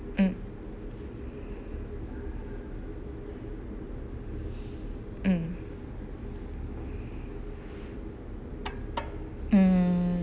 mm mm mm